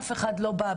אף אחד לא בא,